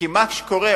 מה שקורה,